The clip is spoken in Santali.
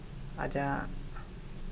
ᱟᱡᱟᱜ